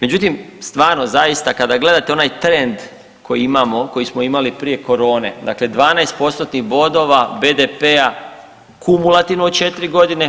Međutim, stvarno zaista kada gledate onaj trend koji imamo, koji smo imali prije korone dakle 12 postotnih bodova BDP-a kumulativno u 4 godine.